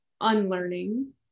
unlearning